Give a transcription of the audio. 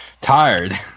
Tired